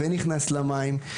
ונכנס למים.